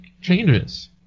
changes